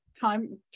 time